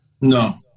No